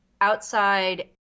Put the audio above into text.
outside